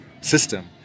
system